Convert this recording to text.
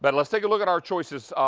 but let's take a look at our choices.